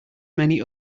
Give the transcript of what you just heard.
many